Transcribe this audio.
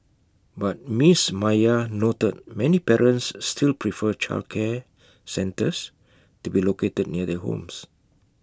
but miss Maya noted many parents still prefer childcare centres to be located near their homes